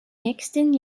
nächsten